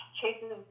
Chase's